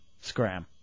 Scram